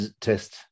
test